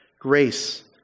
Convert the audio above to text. grace